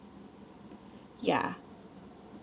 ya